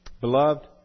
Beloved